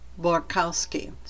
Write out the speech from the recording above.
Borkowski